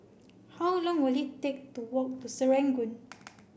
how long will it take to walk to Serangoon